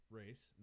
race